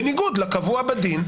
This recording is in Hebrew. בניגוד לקבוע בדין,